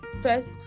first